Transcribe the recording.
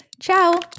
Ciao